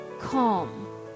Calm